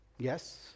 Yes